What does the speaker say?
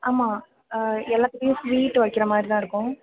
ஆமாம் ஆ எல்லாத்துக்கும் ஸ்வீட் வைக்கிற மாதிரிதான் இருக்கும்